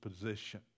position